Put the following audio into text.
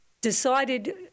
decided